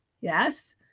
Yes